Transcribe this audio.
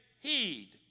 heed